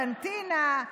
קנטינה,